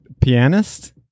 Pianist